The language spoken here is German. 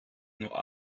nur